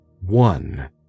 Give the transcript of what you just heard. One